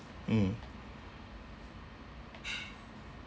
mm